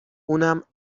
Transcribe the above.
اونم